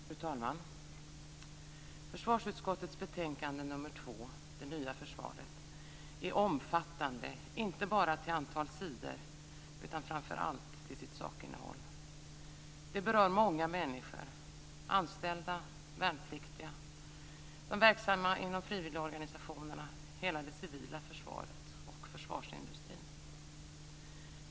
Fru talman! Försvarsutskottets betänkande nr 2, Det nya försvaret, är omfattande inte bara till antalet sidor utan framför allt till sitt sakinnehåll. Det berör många människor - anställda, värnpliktiga, de verksamma inom frivilligorganisationerna, hela det civila försvaret och försvarsindustrin.